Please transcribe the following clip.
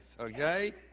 okay